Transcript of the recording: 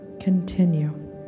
Continue